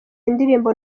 indirimbo